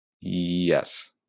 Yes